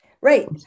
right